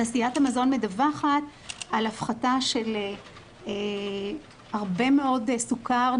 תעשיית המזון מדווחת על הפחתה של הרבה מאוד סוכר,